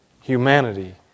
humanity